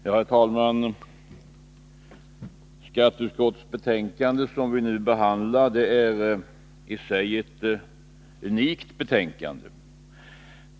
Herr talman! Det betänkande från skatteutskottet som vi nu behandlar är i sig ett unikt betänkande.